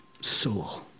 soul